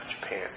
Japan